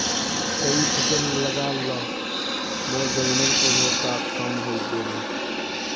कई फसल लगा ल मोर जमीनेर उर्वरता कम हई गेले